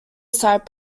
side